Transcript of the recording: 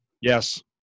Yes